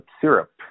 syrup